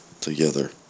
together